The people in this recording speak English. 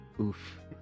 oof